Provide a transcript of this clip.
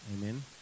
Amen